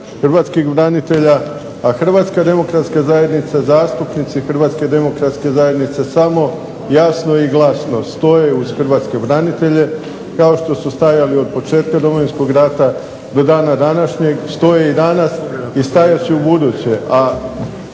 hrvatskih branitelja, a Hrvatska demokratska zajednica, zastupnici Hrvatske demokratske zajednice samo jasno i glasno stoje uz hrvatske branitelje kao što su stajali od početka Domovinskog rata do dana današnjeg. Stoje i danas i stajat će u buduće.